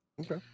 Okay